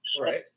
Right